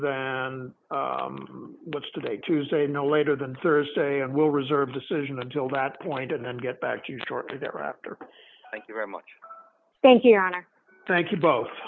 than what's today tuesday no later than thursday and we'll reserve decision until that point and then get back to you shortly thereafter thank you